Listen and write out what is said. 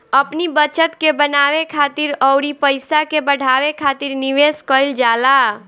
अपनी बचत के बनावे खातिर अउरी पईसा के बढ़ावे खातिर निवेश कईल जाला